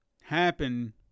happen